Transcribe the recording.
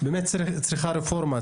מערכת החינוך צריכה רפורמה.